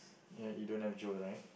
ya you don't have Joe right